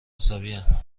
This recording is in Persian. حسابین